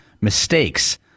mistakes